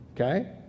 okay